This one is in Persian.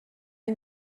این